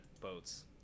boats